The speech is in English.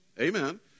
Amen